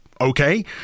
Okay